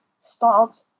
start